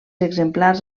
exemplars